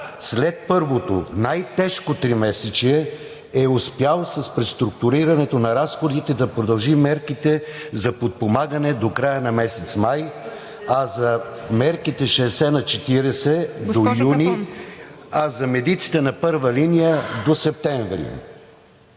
след първото най-тежко тримесечие е успял с преструктурирането на разходите да продължи мерките за подпомагане до края на месец май, за мерките 60/40 до юни, а за медиците на първа линия – до септември.